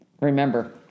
Remember